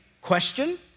question